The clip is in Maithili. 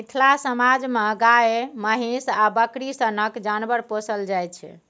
मिथिला समाज मे गाए, महीष आ बकरी सनक जानबर पोसल जाइ छै